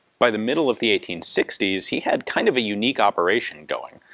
by the middle of the eighteen sixty s he had kind of a unique operation going.